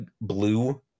blue